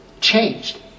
changed